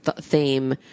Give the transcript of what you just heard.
theme